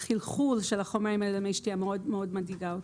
והחלחול של החומרים האלה למי השתייה מאוד מדאיג אותנו.